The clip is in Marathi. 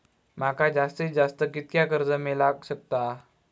माका जास्तीत जास्त कितक्या कर्ज मेलाक शकता?